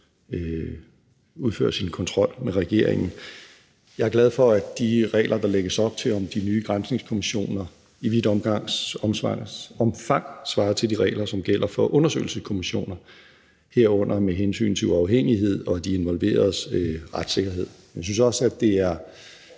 udføre sin kontrol med regeringen. Jeg er glad for, at de regler, der lægges op til om de nye granskningskommissioner, i vidt omfang svarer til de regler, som gælder for undersøgelseskommissioner, herunder med hensyn til uafhængighed og de involveredes retssikkerhed. Jeg synes også, det er